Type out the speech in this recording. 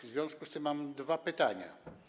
W związku z tym mam dwa pytania.